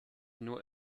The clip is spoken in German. nur